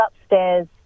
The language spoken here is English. upstairs